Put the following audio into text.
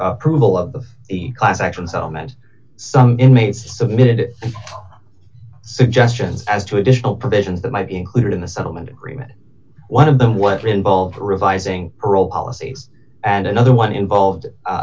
approval of the class action settlement some inmates submitted suggestions as to additional provisions that might included in the settlement agreement one of them were involved revising parole policies and another one involved